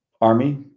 army